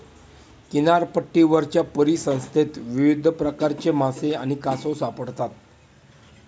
किनारपट्टीवरच्या परिसंस्थेत विविध प्रकारचे मासे आणि कासव सापडतात